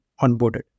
onboarded